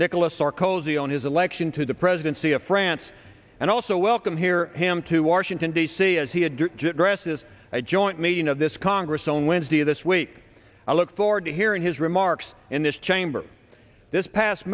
nicolas sarkozy on his election to the presidency of france and also welcome here him to washington d c as he had dresses a joint meeting of this congress own wednesday this week i look forward to hearing his remarks in this chamber this past